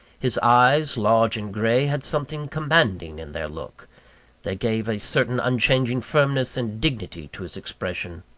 his eyes, large and gray, had something commanding in their look they gave a certain unchanging firmness and dignity to his expression,